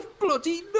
bloody